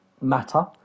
Matter